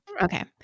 okay